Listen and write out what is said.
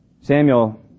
Samuel